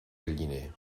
galliner